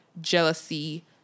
jealousy